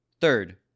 Third